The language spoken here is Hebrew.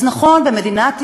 אז נכון, במדינת ישראל,